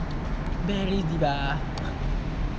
barry diva